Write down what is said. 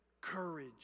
courage